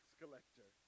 collector